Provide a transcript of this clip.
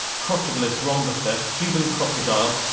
crocodylus rhombifer, cuban crocodile